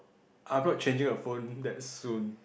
I'm not changing a phone that soon